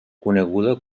coneguda